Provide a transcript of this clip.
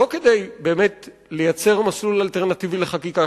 לא כדי לייצר מסלול אלטרנטיבי לחקיקה,